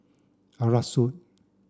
Arasu